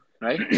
right